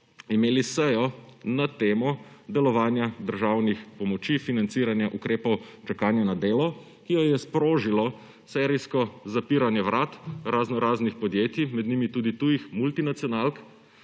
imeli sejo na temo delovanja državnih pomoči financiranja ukrepov čakanja na delo, ki jo je sprožilo serijsko zapiranje vrat raznoraznih podjetij, med njimi tudi tujih multinacionalk,